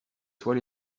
soit